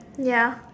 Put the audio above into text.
ya